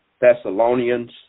Thessalonians